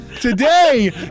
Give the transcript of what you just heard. Today